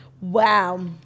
Wow